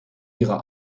ihrer